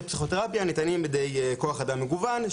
פסיכותרפיה ניתנים על ידי כוח אדם מגוון,